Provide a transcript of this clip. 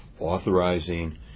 authorizing